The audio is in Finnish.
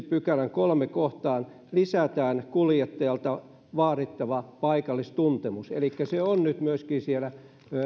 pykälän kolmanteen kohtaan lisätään kuljettajalta vaadittava paikallistuntemus elikkä se on nyt myöskin siellä